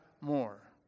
more